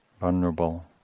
vulnerable